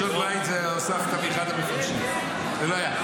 לשון בית הוספת מאחד המפרשים, זה לא היה.